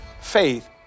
Faith